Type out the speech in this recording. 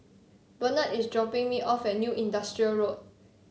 Burnett is dropping me off at New Industrial Road